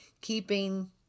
Keeping